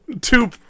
Two